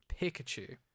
Pikachu